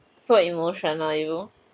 so emotional you